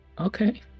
Okay